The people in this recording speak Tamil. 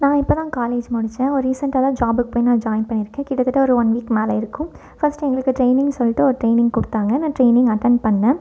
நான் இப்போ தான் காலேஜ் முடித்தேன் ஒரு ரீசன்ட்டாக தான் ஜாப்புக்கு போய் நான் ஜாயின் பண்ணியிருக்கேன் கிட்டத்தட்ட ஒரு ஒன் வீக் மேலே இருக்கும் ஃபஸ்ட் எங்களுக்கு டிரெய்னிங்னு சொல்லிட்டு ஒரு டிரெய்னிங் கொடுத்தாங்க நான் டிரெய்னிங் அட்டென்ட் பண்ணிணேன்